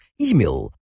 email